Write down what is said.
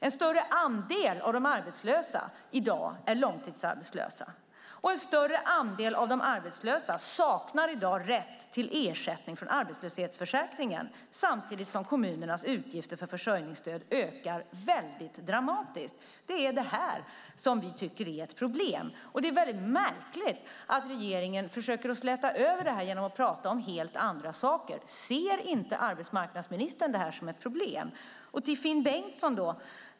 En större andel av de arbetslösa är i dag långtidsarbetslösa. En större andel av de arbetslösa saknar i dag rätt till ersättning från arbetslöshetsförsäkringen samtidigt som kommunernas utgifter för försörjningsstöd ökar dramatiskt. Det är det här som vi tycker är ett problem. Det är märkligt att regeringen försöker släta över det genom att prata om helt andra saker. Ser inte arbetsmarknadsministern detta som ett problem? Finn Bengtsson!